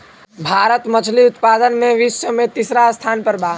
भारत मछली उतपादन में विश्व में तिसरा स्थान पर बा